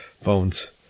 phones